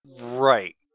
right